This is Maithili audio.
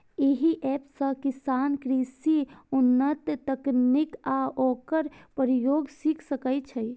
एहि एप सं किसान कृषिक उन्नत तकनीक आ ओकर प्रयोग सीख सकै छै